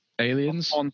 Aliens